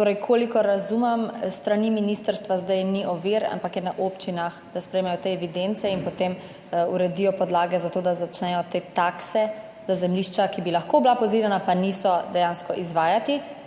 Torej, kolikor razumem, s strani ministrstva zdaj ni ovir, ampak je na občinah, da sprejmejo te evidence in potem uredijo podlage za to, da začnejo te takse za zemljišča, ki bi lahko bila pozidana, pa niso, dejansko izvajati,